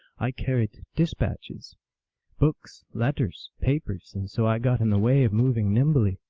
i carried dispatches books, letters, papers, and so i got in the way of moving nimbly.